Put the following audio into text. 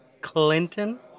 Clinton